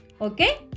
Okay